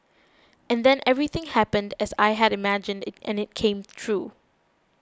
and then everything happened as I had imagined it and it came true